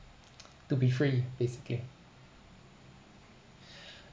to be free basically